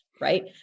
right